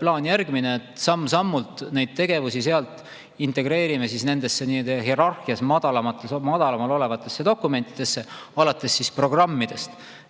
plaan järgmine: samm-sammult me neid tegevusi sealt integreerime nendesse hierarhias madalamal olevatesse dokumentidesse alates programmidest.